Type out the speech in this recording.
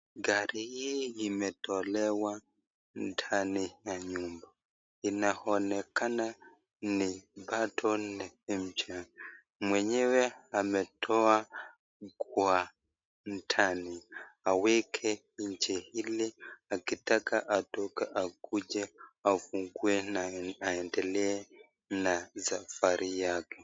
Gari hii imetolewa ndani ya nyumba inaonekana ni bado ni mpya. Mwenyewe ametoa kwa ndani awake nje ili akitaka aduka akuje afungue na aendelee na safari yake.